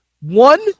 One